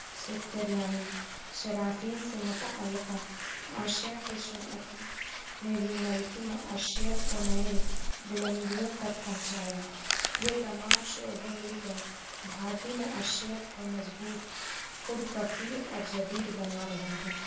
sector یعنی شرافین سے متعلقہ آشیا کے صنعت نے بھی ملکی معاشیت کو نئے بلندیوں تک پہنچایا یہ تمام شعبوں مل کر بھارتی معاشیت کو مضبوط خود کفیل اور جدید بنا رہے ہیں